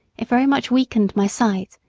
it very much weakened my sight,